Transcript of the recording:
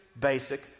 basic